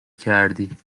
کردی